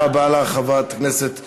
תודה רבה לך, חברת הכנסת פלוסקוב.